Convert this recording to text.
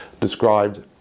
described